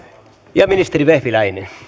ja ministeri vehviläinen